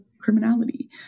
criminality